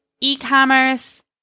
e-commerce